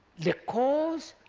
the cause